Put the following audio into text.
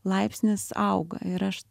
laipsnis auga ir aš